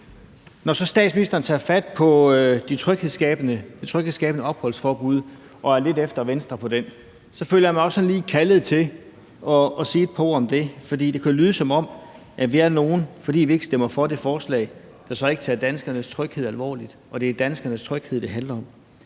så statsministeren tager fat på det tryghedsskabende opholdsforbud og er lidt efter Venstre i forbindelse med det, føler jeg mig også kaldet til at sige et par ord om det. For det kan lyde, som om vi er nogle, der, fordi vi ikke stemmer for det forslag, ikke tager danskernes tryghed alvorligt. Og det er danskernes tryghed, det handler om.